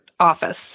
office